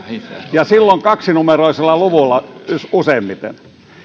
ja silloin kaksinumeroisella luvulla useimmiten